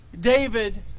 David